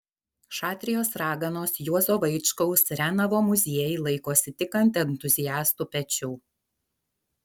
šatrijos raganos juozo vaičkaus renavo muziejai laikosi tik ant entuziastų pečių